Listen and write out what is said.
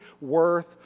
worth